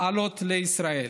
לעלות לישראל.